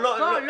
לא, לא.